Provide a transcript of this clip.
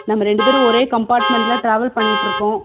நம்ம ரெண்டு பேரும் ஒரே கம்ப்பார்ட்மெண்ட்டில் டிராவல் பண்ணிகிட்டு இருக்கோம்